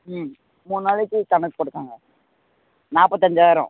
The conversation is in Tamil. ம் மூணு நாளைக்கு கணக்கு போட்டுக்கங்க நாற்பத்தஞ்சாயிரம்